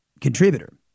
contributor